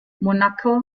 monaco